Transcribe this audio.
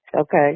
Okay